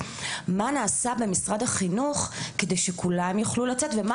מה נעשה במשרד החינוך כדי שכולם יוכלו לצאת ומה